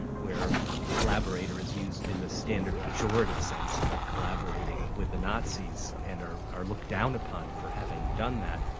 where collaborator is used in the standard pejorative sense of like collaborating with the nazis and and are are looked down upon for having done that.